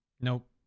Nope